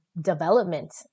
development